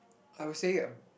I would say